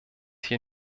hier